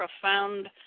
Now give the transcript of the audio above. profound